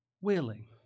willing